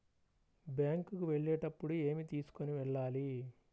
Bank కు వెళ్ళేటప్పుడు ఏమి తీసుకొని వెళ్ళాలి?